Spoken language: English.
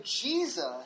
Jesus